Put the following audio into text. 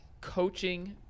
coaching